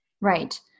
Right